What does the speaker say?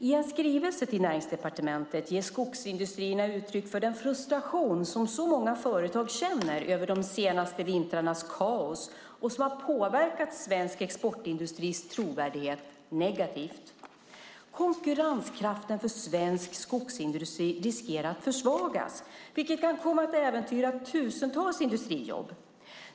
I en skrivelse till Näringsdepartementet ger skogsindustrierna uttryck för den frustration som många företag känner över de senaste vintrarnas kaos, som har påverkat svensk exportindustris trovärdighet negativt. Konkurrenskraften för svensk skogsindustri riskerar att försvagas, vilket kan komma att äventyra tusentals industrijobb.